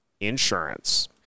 insurance